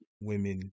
women